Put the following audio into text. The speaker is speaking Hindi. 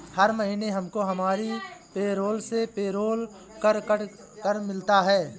हर महीने हमको हमारी पेरोल से पेरोल कर कट कर मिलता है